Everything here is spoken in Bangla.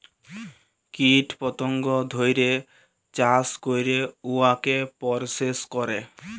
কীট পতঙ্গ ধ্যইরে চাষ ক্যইরে উয়াকে পরসেস ক্যরে